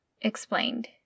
explained